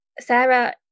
Sarah